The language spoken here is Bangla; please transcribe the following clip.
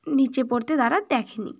নিচে পড়তে তারা দেখে নি